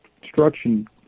construction